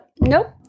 nope